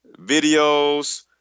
videos